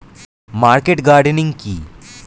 Market gardening কি?